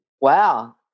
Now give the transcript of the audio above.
Wow